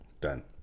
Done